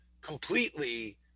completely